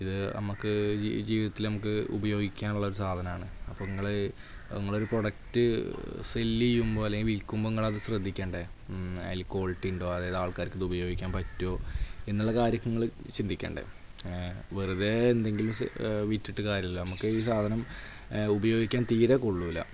ഇത് നമുക്ക് ജീ ജീവിതത്തിൽ നമുക്ക് ഉപയോഗിക്കാനുള്ളൊരു സാധനമാണ് അപ്പോൾ ഇങ്ങൾ ഇങ്ങളൊരു പ്രൊഡക്റ്റ് സെല്ല് ചെയ്യുമ്പോൾ അല്ലെങ്കിൽ വിൽക്കുമ്പോൾ നിങ്ങളത് ശ്രദ്ധിക്കേണ്ടേ അതിൽ കോളിറ്റിയുണ്ടോ അതായത് ആൾക്കാർക്ക് ഇത് ഉപയോഗിക്കാൻ പറ്റുമോ എന്നുള്ള കാര്യൊക്കെ ഇങ്ങൾ ചിന്തിക്കണ്ടേ ഏ വെറുതേ എന്തെങ്കിലും സെൽ വിറ്റിട്ട് കാര്യമില്ലല്ലോ നമ്മക്കീ സാധനം ഉപയോഗിക്കാൻ തീരെ കൊള്ളീല്ലേ